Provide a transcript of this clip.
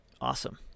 awesome